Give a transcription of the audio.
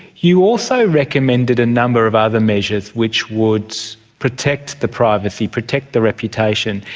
you also recommended a number of other measures which would protect the privacy, protect the reputation,